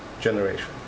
generation